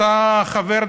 אתה חבר,